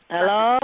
Hello